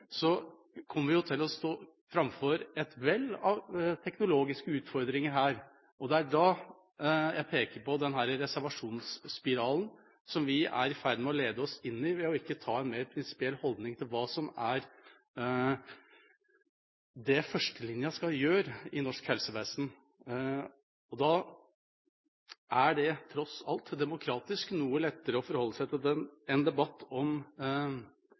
kommer vi til å stå framfor et vell av teknologiske utfordringer. Det er da jeg peker på denne reservasjonsspiralen som vi er i ferd med å lede oss inn i, ved ikke å ha en mer prinsipiell holdning til hva førstelinja i norsk helsevesen skal gjøre. Da er det tross alt demokratisk noe lettere å forholde seg til en debatt om